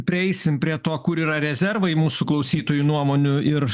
prieisim prie to kur yra rezervai mūsų klausytojų nuomonių ir